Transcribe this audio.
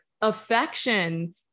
affection